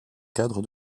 cadre